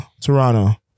Toronto